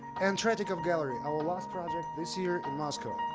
and tragic of gallery, our last project this year in moscow.